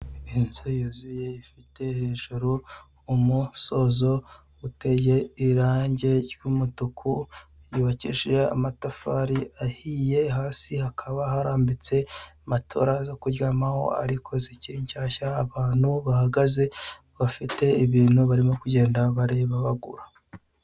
Iinzu yuzuye ifite hejuru umsozo uteye irange ry'umutuku yubakishije amatafari ahiye, hasi hakaba harambitse matora zo kuryamaho ariko zikiri nshyashya abantu bahagaze bafite ibintu barimo kugenda bareba bagura.